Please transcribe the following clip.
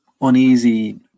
uneasy